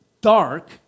dark